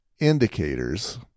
indicators